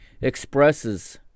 expresses